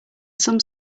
some